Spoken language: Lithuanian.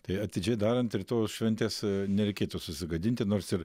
tai atidžiai darant ir tos šventės nereikėtų susigadinti nors ir